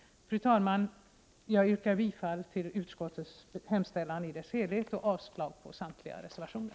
Fru talman! Jag yrkar bifall till utrikesutskottets hemställan i dess helhet och avslag på samtliga reservationer.